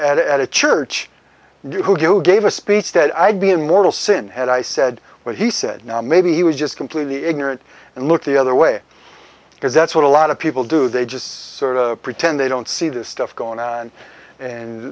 at a church you who gave a speech that i'd be in mortal sin and i said what he said maybe he was just completely ignorant and look the other way because that's what a lot of people do they just sort of pretend they don't see this stuff going on and